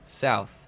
South